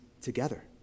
together